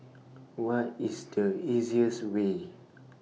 What IS The easiest Way